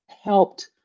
helped